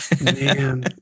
Man